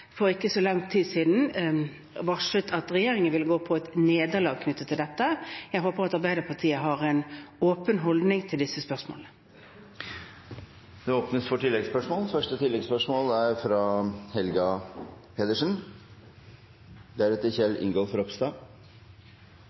for ikke så lang tid siden varslet at regjeringen ville gå på et nederlag knyttet til dette. Jeg håper at Arbeiderpartiet har en åpen holdning til disse spørsmålene. Det åpnes for oppfølgingsspørsmål – først Helga Pedersen.